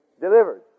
delivered